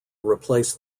replace